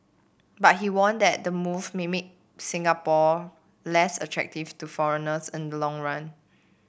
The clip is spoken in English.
but he warned that the move may make Singapore less attractive to foreigners in the long run